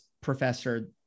professor